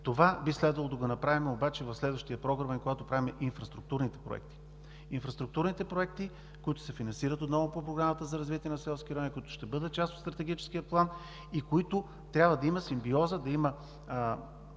Това би следвало да направим обаче в следващия програмен период, когато правим инфраструктурните проекти, които се финансират отново по Програмата за развитие на селските райони, които ще бъдат част от Стратегическия план и в които трябва да има симбиоза, да има